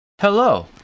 Hello